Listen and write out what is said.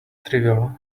trivial